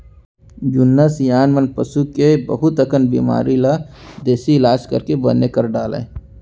जुन्ना सियान मन पसू के बहुत अकन बेमारी ल देसी इलाज करके बने कर डारय